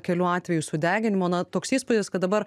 kelių atvejų sudeginimo na toks įspūdis kad dabar